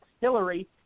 Hillary